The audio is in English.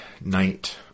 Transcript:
night